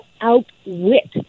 outwit